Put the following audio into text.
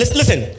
listen